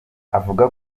avuga